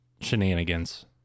shenanigans